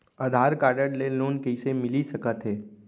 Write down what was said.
आधार card ले loan कइसे मिलिस सकत हे?